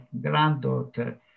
granddaughter